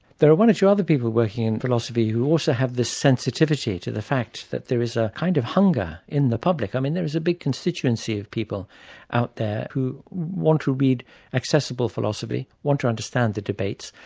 there are one or two other people working in philosophy who also have this sensitivity to the fact that there is a kind of hunger in the public. i mean there is a big constituency of people out there who want to read accessible philosophy, want to understand the debates,